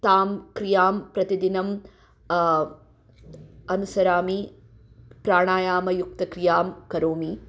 तां क्रियां प्रतिदिनम् अनुसरामि प्राणायामयुक्तक्रियां करोमि